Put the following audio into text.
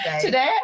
Today